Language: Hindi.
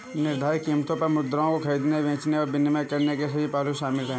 निर्धारित कीमतों पर मुद्राओं को खरीदने, बेचने और विनिमय करने के सभी पहलू शामिल हैं